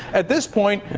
at this point,